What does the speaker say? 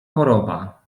choroba